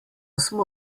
smo